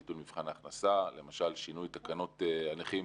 ביטול מבחן ההכנסה או שינוי תקנות הנכים,